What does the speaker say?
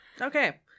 Okay